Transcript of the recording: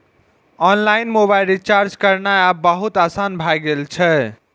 online mobile recharge करनाय आब बहुत आसान भए गेल छै